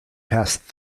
past